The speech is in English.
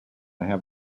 have